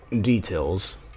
details